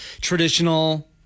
traditional